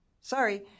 Sorry